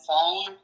phone